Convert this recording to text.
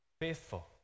faithful